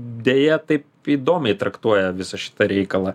deja taip įdomiai traktuoja visą šitą reikalą